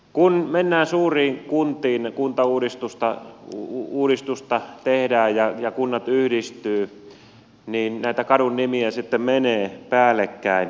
kun mennään suuriin kuntiin kuntauudistusta tehdään ja kunnat yhdistyvät niin näitä kadunnimiä sitten menee päällekkäin